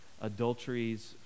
adulteries